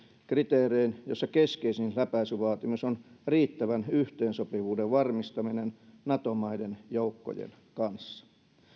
kriteerein joissa keskeisin läpäisyvaatimus on riittävän yhteensopivuuden varmistaminen nato maiden joukkojen kanssa